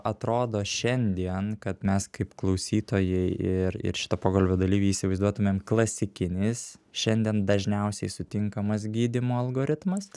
atrodo šiandien kad mes kaip klausytojai ir šito pokalbio dalyviai įsivaizduotumėm klasikinis šiandien dažniausiai sutinkamas gydymo algoritmas